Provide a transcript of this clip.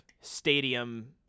stadium